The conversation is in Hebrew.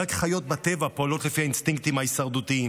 רק חיות בטבע פועלות לפי האינסטינקטים ההישרדותיים.